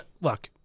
look